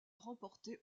remporté